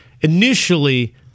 initially